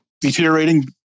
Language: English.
deteriorating